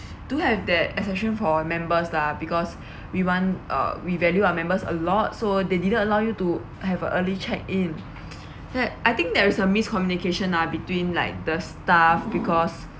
do have that exception for members lah because we want uh we value our members a lot so they didn't allow you to have early check in had I think there is a miscommunication lah between like the staff because